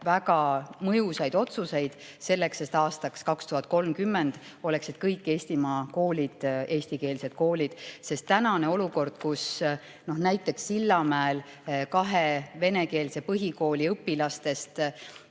väga mõjusaid otsuseid, selleks et aastaks 2030 oleksid kõik Eestimaa koolid eestikeelsed. Tänane olukord on, et näiteks Sillamäel kahe venekeelse põhikooli õpilastest